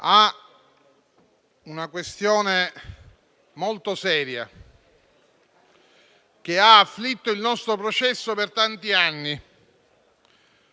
una questione molto seria che ha afflitto il nostro processo per tanti anni